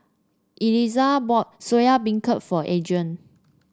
Elizah bought Soya Beancurd for Adria